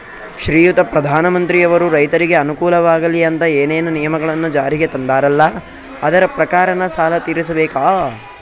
ಶ್ರೀಯುತ ಪ್ರಧಾನಮಂತ್ರಿಯವರು ರೈತರಿಗೆ ಅನುಕೂಲವಾಗಲಿ ಅಂತ ಏನೇನು ನಿಯಮಗಳನ್ನು ಜಾರಿಗೆ ತಂದಾರಲ್ಲ ಅದರ ಪ್ರಕಾರನ ಸಾಲ ತೀರಿಸಬೇಕಾ?